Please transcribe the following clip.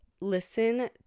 listen